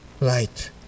light